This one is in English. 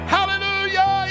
Hallelujah